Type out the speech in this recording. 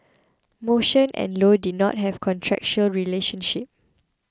motion and low did not have a contractual relationship